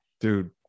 dude